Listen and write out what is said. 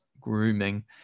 grooming